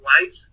life